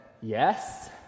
yes